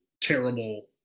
terrible